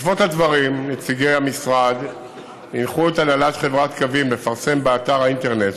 בעקבות הדברים נציגי המשרד הנחו את הנהלת חברת קווים לפרסם באתר האינטרנט